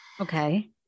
Okay